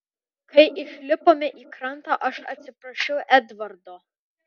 kai išlipome į krantą aš atsiprašiau edvardo